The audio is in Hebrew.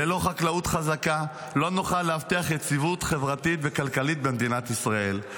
ללא חקלאות חזקה לא נוכל להבטיח יציבות חברתית וכלכלית במדינת ישראל.